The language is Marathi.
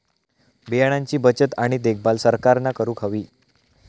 बियाणांची बचत आणि देखभाल सरकारना करूक हवी